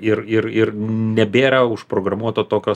ir ir ir nebėra užprogramuoto tokio